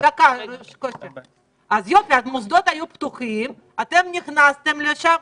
יופי, אז המוסדות היו פתוחים, נכנסתם לשם,